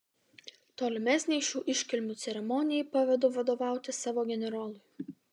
tolimesnei šių iškilmių ceremonijai pavedu vadovauti savo generolui